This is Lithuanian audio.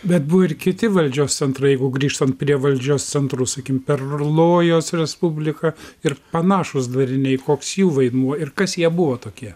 bet buvo ir kiti valdžios centrai jeigu grįžtant prie valdžios centrų sakykim perlojos respublika ir panašūs dariniai koks jų vaidmuo ir kas jie buvo tokie